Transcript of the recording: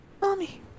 mommy